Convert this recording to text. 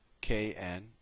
kn